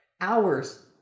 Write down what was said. hours